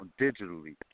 digitally